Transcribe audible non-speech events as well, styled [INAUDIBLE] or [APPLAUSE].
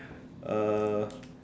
uh [BREATH]